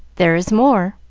there is more.